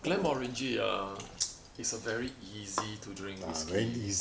Glenmorangie ah is a very easy to drink whiskey